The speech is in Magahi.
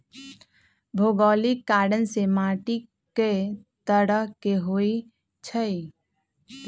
भोगोलिक कारण से माटी कए तरह के होई छई